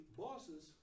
bosses